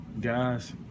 guys